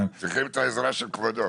צריכים את העזרה של כבודו.